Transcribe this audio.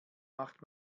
macht